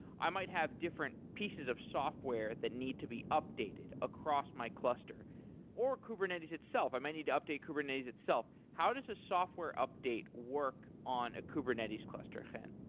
i might have different pieces of software that need to be updated across my cluster or kubernetes itself. i might need to update kubernetes itself. how does a software update work on a kubernetes cluster, chen?